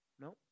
No